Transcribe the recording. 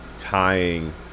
Tying